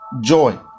joy